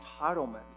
entitlement